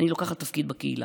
אני לוקחת תפקיד בקהילה.